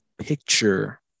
picture